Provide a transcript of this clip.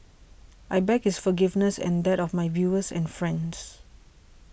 I beg his forgiveness and that of my viewers and friends